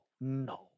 no